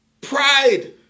Pride